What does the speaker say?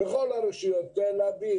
בכל הרשויות: תל אביב,